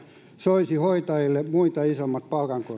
soisi hoitajille muita isommat palkankorotukset